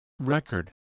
record